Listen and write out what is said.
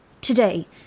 Today